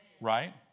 right